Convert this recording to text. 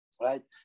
right